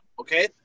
Okay